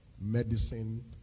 Medicine